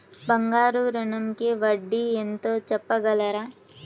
బంగారు ఋణంకి వడ్డీ ఎంతో చెప్పగలరా?